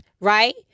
right